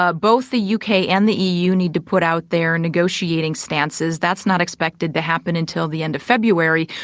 ah both the u k. and the eu need to put out their negotiating stances, that's not expected to happen until the end of february,